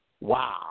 wow